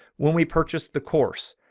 when we purchased the course,